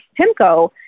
PIMCO